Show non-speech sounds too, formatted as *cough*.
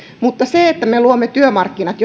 mutta se että me luomme työmarkkinat *unintelligible*